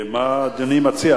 מה אדוני מציע?